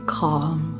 calm